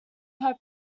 have